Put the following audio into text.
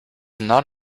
not